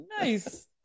Nice